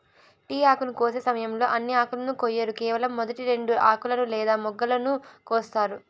tea ఆకును కోసే సమయంలో అన్ని ఆకులను కొయ్యరు కేవలం మొదటి రెండు ఆకులను లేదా మొగ్గలను కోస్తారు